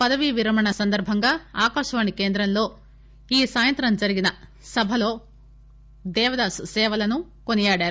పదవీ విరమణ సందర్బంగా ఆకాశవాణి కేంద్రంలో ఈ సాయంత్రం జరిగిన సభలో దేవదాస్ సేవలను కొనియాడారు